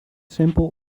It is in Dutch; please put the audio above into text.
simpel